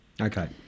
Okay